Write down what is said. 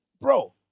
bro